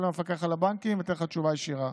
והמפקח על הבנקים ואתן לך תשובה ישירה.